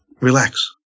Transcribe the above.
relax